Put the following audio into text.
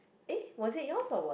eh was it yours or what